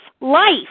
life